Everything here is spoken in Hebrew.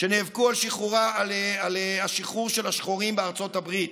שנאבקו על השחרור של השחורים בארצות הברית.